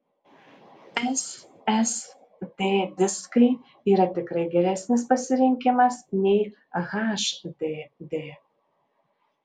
ssd diskai yra tikrai geresnis pasirinkimas nei hdd